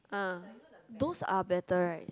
ah those are better right